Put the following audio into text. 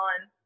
on